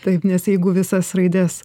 taip nes jeigu visas raides